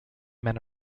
men